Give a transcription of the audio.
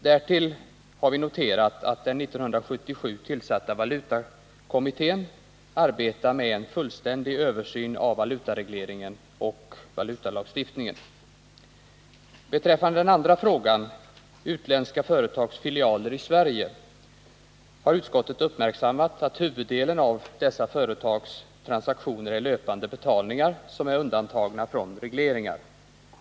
Därtill har vi noterat att den 1977 tillsatta valutakommittén arbetar med en fullständig översyn av valutaregleringen och valutalagstiftningen. För det andra: Beträffande utländska företags filialer i Sverige har utskottet uppmärksammat att huvuddelen av dessa företags transaktioner är löpande betalningar som är undantagna från reglering.